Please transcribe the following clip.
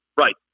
right